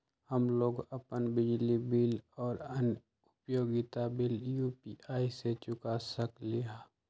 हम लोग अपन बिजली बिल और अन्य उपयोगिता बिल यू.पी.आई से चुका सकिली ह